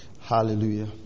Hallelujah